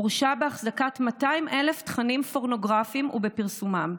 הורשע בהחזקת 200,000 תכנים פורנוגרפיים ובפרסומם,